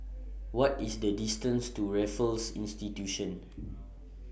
What IS The distance to Raffles Institution